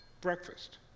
Breakfast